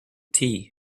tea